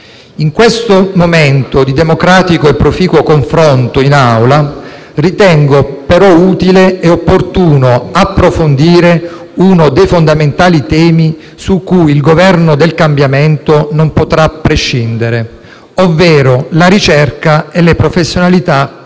In questo momento di democratico e proficuo confronto in Assemblea, ritengo però utile e opportuno approfondire uno dei temi fondamentali dai quali il Governo del cambiamento non potrà prescindere, ovvero la ricerca e le professionalità coinvolte.